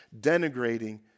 denigrating